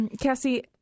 Cassie